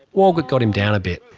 walgett got him down a bit.